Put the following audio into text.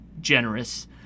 generous